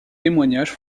témoignages